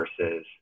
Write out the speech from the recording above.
versus